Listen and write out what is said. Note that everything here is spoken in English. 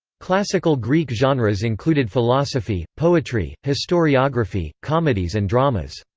classical greek genres included philosophy, poetry, historiography, comedies and dramas.